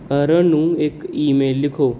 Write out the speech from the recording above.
earn ਨੂੰ ਇੱਕ email ਲਿਖੋ